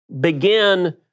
Begin